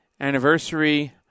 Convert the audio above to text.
anniversary